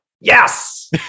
Yes